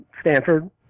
Stanford